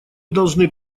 должны